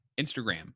Instagram